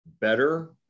better